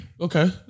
Okay